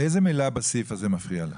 איזה מילה בסעיף הזה מפריעה לך?